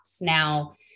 now